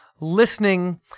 listening